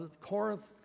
Corinth